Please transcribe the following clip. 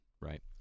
Right